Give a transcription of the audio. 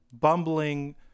bumbling